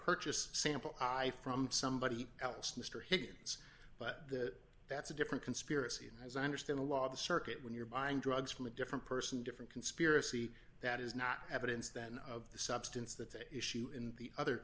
purchased a sample i for somebody else mr higgins but that that's a different conspiracy and as i understand the law the circuit when you're buying drugs from a different person different conspiracy that is not evidence then of the substance that they issue in the other